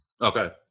Okay